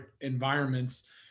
environments